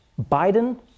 Biden